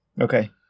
Okay